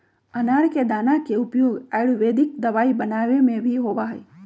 अनार के दाना के उपयोग आयुर्वेदिक दवाई बनावे में भी होबा हई